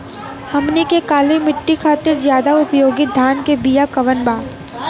हमनी के काली माटी खातिर ज्यादा उपयोगी धान के बिया कवन बा?